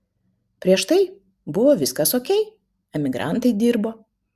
prieš tai buvo viskas okei emigrantai dirbo